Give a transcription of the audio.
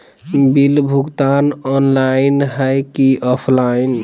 Bill भुगतान online है की ऑफलाइन?